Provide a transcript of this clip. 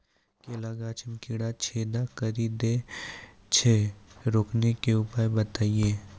केला गाछ मे कीड़ा छेदा कड़ी दे छ रोकने के उपाय बताइए?